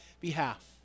behalf